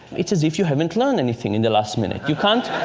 it's as if you haven't learned anything in the last minute. you can't